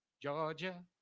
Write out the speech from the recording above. georgia